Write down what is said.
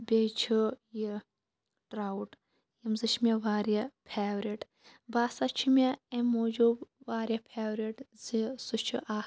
بیٚیہِ چھُ یہِ ٹرٛاوُٹ یِم زٕ چھِ مےٚ واریاہ فیورِٹ باسا چھُ مےٚ اَمہِ موٗجوٗب واریاہ فیورِٹ زِ سُہ چھِ اَکھ